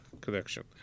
connection